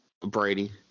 Brady